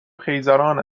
خیزران